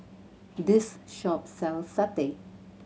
this shop sells satay